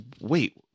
wait